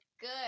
Good